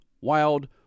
Wild